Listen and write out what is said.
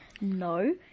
no